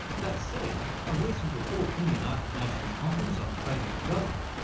that said, a recent report from the united nations conference on trade and development,